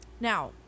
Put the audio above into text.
Now